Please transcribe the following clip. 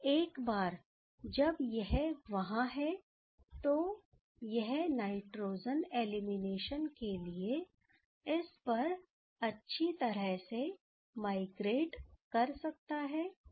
अब एक बार जब यह वहाँ है तो यह नाइट्रोजन एलिमिनेशन के लिए इस पर अच्छी तरह से माइग्रेट कर सकता है